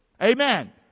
Amen